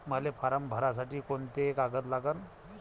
मले फारम भरासाठी कोंते कागद लागन?